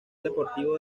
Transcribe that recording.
deportivo